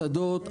מסעדות,